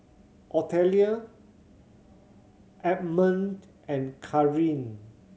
Otelia Ammon and Carin